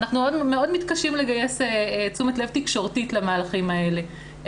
אנחנו מאוד מתקשים לגייס תשומת לב תקשורתית למהלכים האלה.